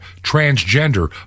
transgender